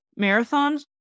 marathons